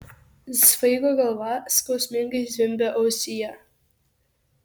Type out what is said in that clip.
svaigo galva skausmingai zvimbė ausyje